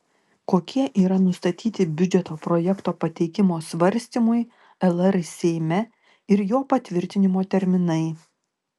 kokie yra nustatyti biudžeto projekto pateikimo svarstymui lr seime ir jo patvirtinimo terminai